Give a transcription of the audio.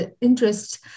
interests